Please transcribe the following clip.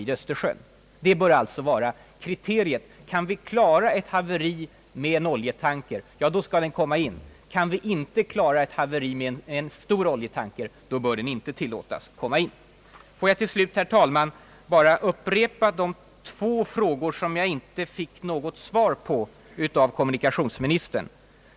Detta bör alltså vara kriteriet: kan vi klara ett haveri med en jättetanker, då skall den släppas in, kan vi inte klara ett haveri skall den inte heller få komma in i Östersjön. Låt mig till slut, herr talman, upprepa de två frågor som jag inte fick något svar på av kommunikationsministern.